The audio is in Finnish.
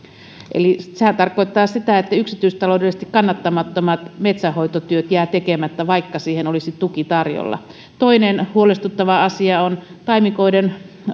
sehän tarkoittaa sitä että yksityistaloudellisesti kannattamattomat metsänhoitotyöt jäävät tekemättä vaikka siihen olisi tuki tarjolla toinen huolestuttava asia on että taimikoiden